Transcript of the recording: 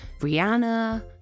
Rihanna